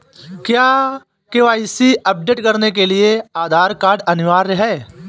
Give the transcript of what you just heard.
क्या KYC update करने के लिए आधार कार्ड अनिवार्य है?